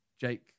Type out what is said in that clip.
Jake